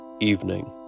evening